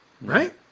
Right